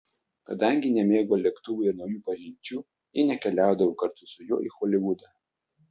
kadangi nemėgo lėktuvų ir naujų pažinčių ji nekeliaudavo kartu su juo į holivudą